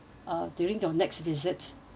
uh during your next visit